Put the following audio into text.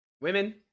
Women